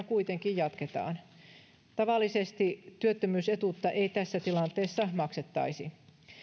kuitenkin jatketaan tavallisesti työttömyysetuutta ei tässä tilanteessa maksettaisi